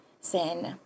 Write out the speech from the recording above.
sin